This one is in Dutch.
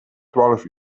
twaalf